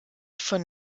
von